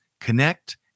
connect